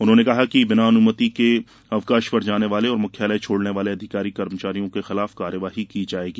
उन्होंने कहा कि बिना अनुमति के अवकाश पर जाने वाले और मुख्यालय छोड़ने वाले अधिकारीकर्मचारियों के खिलाफ कार्यवाही की जायेगी